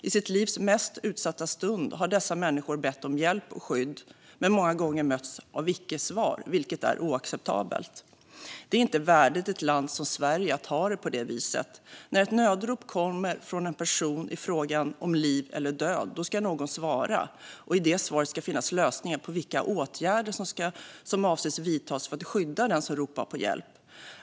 I sitt livs mest utsatta stund har dessa människor bett om hjälp och skydd men många gånger mötts av icke-svar, vilket är oacceptabelt. Det är inte värdigt ett land som Sverige att ha det på det viset. När ett nödrop kommer från en person i frågan om liv eller död ska någon svara, och i svaret ska det finnas lösningar och åtgärder för att skydda den som ropar på hjälp.